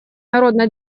народно